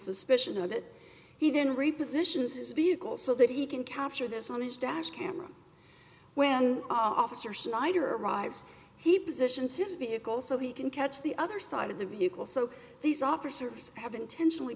suspicion or that he then repositions his vehicle so that he can capture this on his dash camera when officer slider arrives he positions his vehicle so he can catch the other side of the vehicle so these officers have intentionally